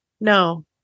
no